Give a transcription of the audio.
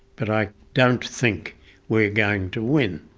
but i don't think we're going to win.